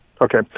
Okay